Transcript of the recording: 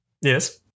yes